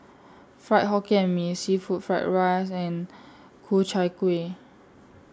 Fried Hokkien Mee Seafood Fried Rice and Ku Chai Kuih